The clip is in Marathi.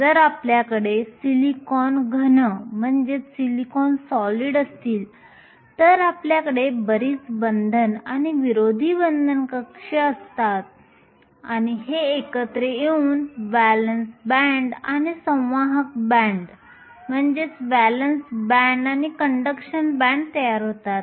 जर आपल्याकडे सिलिकॉन घन असतील तर आपल्याकडे बरीच बंधन आणि विरोधी बंधन कक्ष असतात आणि हे एकत्र येऊन व्हॅलेन्स बँड आणि संवाहक बँड तयार होतात